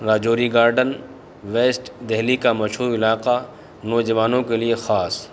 Rajouri garden west Delhi کا مشہور علاقہ نوجوانوں کے لیے خاص